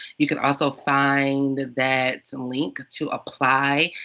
you can also find that and link to apply.